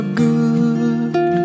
good